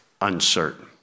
uncertain